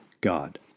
God